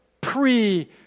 pre